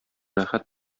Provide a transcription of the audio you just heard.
рәхәт